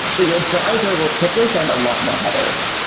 but your browser will typically send a lot more headers.